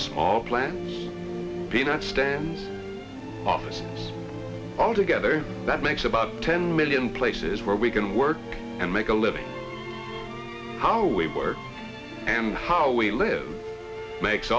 small plant peanuts stand off altogether that makes about ten million places where we can work and make a living how we work and how we live makes